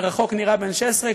מרחוק נראה בן 16,